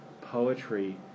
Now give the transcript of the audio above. poetry